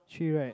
three right